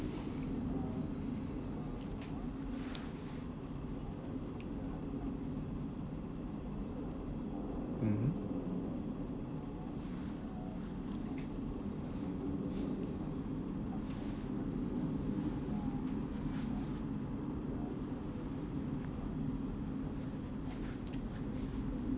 mmhmm